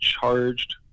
charged